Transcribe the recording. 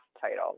title